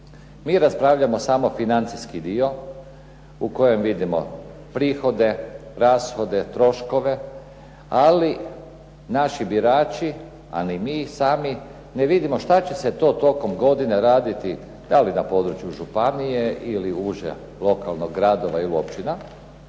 Mi raspravljamo samo financijski dio u kojem vidimo prihode, rashode, troškove, ali naši birači, a ni mi sami ne vidimo što će se to tokom godine raditi da li na području županije ili uže lokalnih gradova i općina